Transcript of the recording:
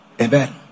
Amen